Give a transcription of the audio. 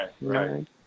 Right